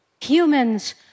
humans